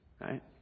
Right